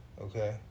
Okay